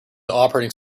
operating